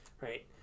Right